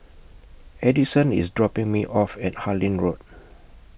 Addyson IS dropping Me off At Harlyn Road